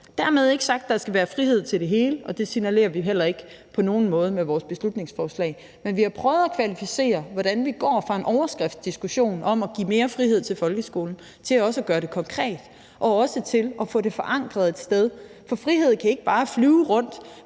Dermed ikke sagt, at der skal være frihed til det hele, og det signalerer vi heller ikke på nogen måde med vores beslutningsforslag. Men vi har prøvet at kvalificere, hvordan vi går fra en overskriftsdiskussion om at give mere frihed til folkeskolen til at gøre det konkret og også få det forankret et sted. For frihed kan ikke bare flyve rundt,